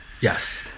Yes